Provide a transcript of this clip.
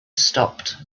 stopped